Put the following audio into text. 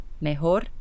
Mejor